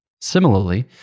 Similarly